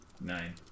Nine